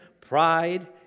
pride